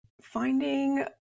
finding